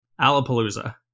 Alapalooza